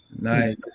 Nice